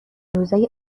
روزای